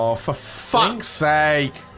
ah for fuck's sake